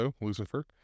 Lucifer